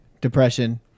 depression